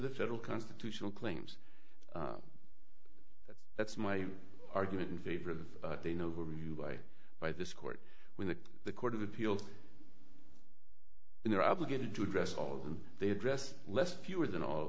the federal constitutional claims that that's my argument in favor of they know who are you by by this court when the the court of appeals and you're obligated to address all of them they addressed less fewer than all